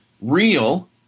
real